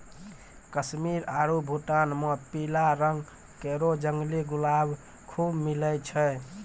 कश्मीर आरु भूटान म पीला रंग केरो जंगली गुलाब खूब मिलै छै